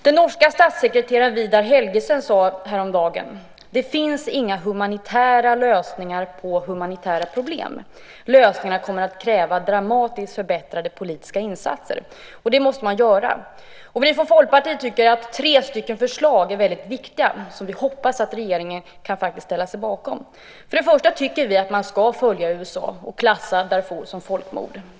Den norske statssekreteraren Vidar Helgesen sade häromdagen: Det finns inga humanitära lösningar på humanitära problem. Lösningarna kommer att kräva dramatiskt förbättrade politiska insatser. Vi från Folkpartiet ser tre förslag som väldigt viktiga, och vi hoppas att regeringen kan ställa sig bakom dem. För det första tycker vi att man ska följa USA och klassa det som sker i Darfur som folkmord.